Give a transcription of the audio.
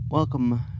Welcome